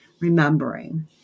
remembering